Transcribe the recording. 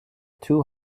too